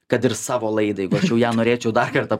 kad ir savo laidai mačiau ją norėčiau dar kartą